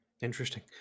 Interesting